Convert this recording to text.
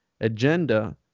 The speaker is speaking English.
agenda